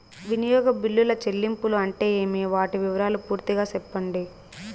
వినియోగ బిల్లుల చెల్లింపులు అంటే ఏమి? వాటి వివరాలు పూర్తిగా సెప్పండి?